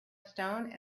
stone